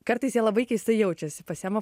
kartais jie labai keistai jaučiasi pasiema